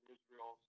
Israel